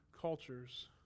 cultures